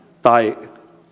tai